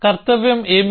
కర్తవ్యం ఏమిటి